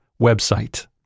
website